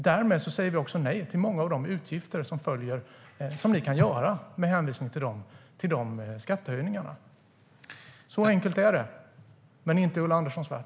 Därmed säger vi också nej till många av de utgifter ni kan göra med hänvisning till de skattehöjningarna. Så enkelt är det - men inte i Ulla Anderssons värld.